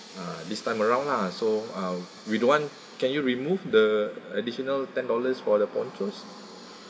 uh this time around lah so uh we don't want can you remove the additional ten dollars for the ponchos